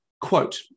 Quote